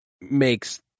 makes